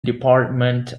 department